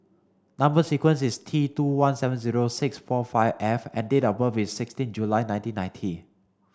number sequence is T two one seven zero six four five F and date of birth is sixteen July nineteen ninety